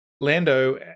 Lando